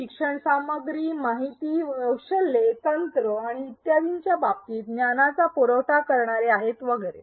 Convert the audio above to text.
शिक्षक सामग्री माहिती कौशल्ये तंत्र आणि इत्यादींच्या बाबतीत ज्ञानाचा पुरवठा करणारे आहेत वगैरे